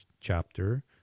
chapter